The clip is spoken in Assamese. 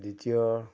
দ্বিতীয়